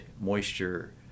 moisture